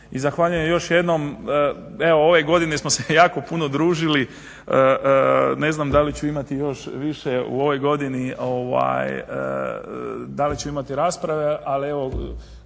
i zahvaljujem još jednom. Evo ove godine smo se jako puno družili, ne znam da li ću imati još više u ovoj godini, da li ću imati rasprave ali evo